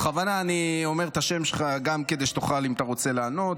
בכוונה אני אומר את השם שלך גם כדי שתוכל אם אתה רוצה לענות.